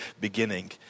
beginning